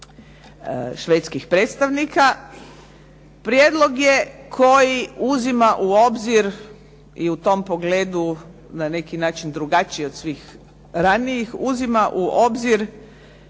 švedskih predstavnika prijedlog je koji uzima u obzir i u tom pogledu na neki način drugačije od svih ranijih uzima u obzir